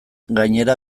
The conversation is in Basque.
gainera